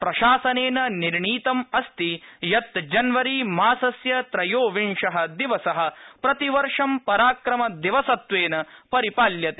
प्रशासनेन निर्णीतम् अस्ति यत् जनवरीमासस्य त्रयोविंश दिवस प्रतिवर्ष पराक्रमदिवस त्वेन परिपाल्यते